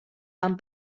van